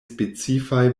specifa